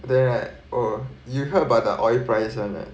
then right you heard about the oil price [one] ah